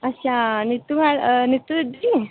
अच्छा नीतू मैड नीतू दीदी जी